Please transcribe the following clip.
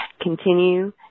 Continue